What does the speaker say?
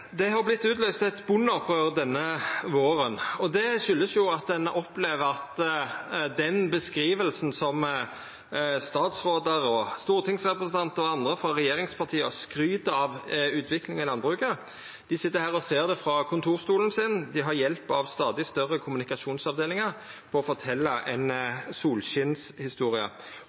Det har vorte utløyst eit bondeopprør denne våren, og det kjem av at ein opplever at den beskrivinga som statsrådar, stortingsrepresentantar og andre frå regjeringspartia kjem med, er skryt av utviklinga i landbruket. Dei sit her og ser det frå kontorstolen sin, og dei har hjelp av stadig større kommunikasjonsavdelingar for å fortelja ein